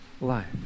life